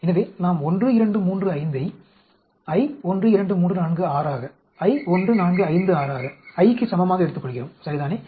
எனவே நாம் 1235 ஐ I12346 ஆக I1456 ஆக I க்குச் சமமாக எடுத்துக்கொள்கிறோம் சரிதானே